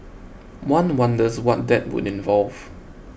one wonders what that would involve